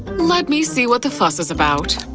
let me see what the fuss is about.